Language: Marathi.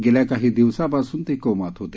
गेल्या काही दिवसापासून ते कोमात होते